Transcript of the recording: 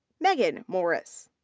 megan morris.